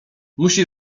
musi